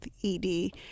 E-D